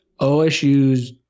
OSU's